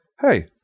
hey